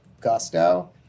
gusto